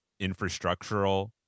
infrastructural